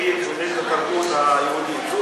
יודעים את התרבות היהודית.